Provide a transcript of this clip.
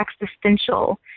existential